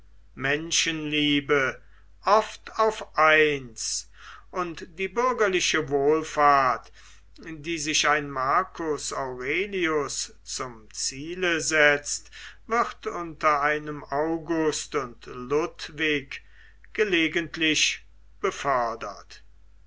menschenliebe oft auf eins und die bürgerliche wohlfahrt die sich ein marcus aurelius zum ziele setzt wird unter einem august und ludwig gelegentlich befördert